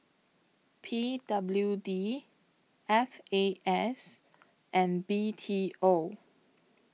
P W D F A S and B T O